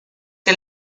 que